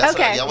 Okay